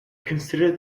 considered